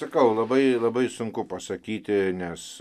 sakau labai labai sunku pasakyti nes